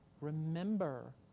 remember